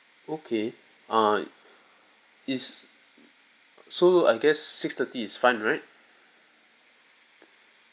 okay uh is so I guess six thirty is fine right